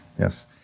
yes